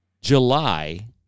July